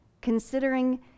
considering